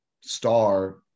star